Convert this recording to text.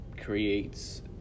creates